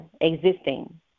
existing